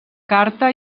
carta